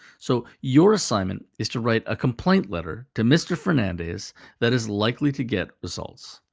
so, your assignment is to write a complaint letter to mr. fernandez that is likely to get results.